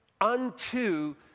unto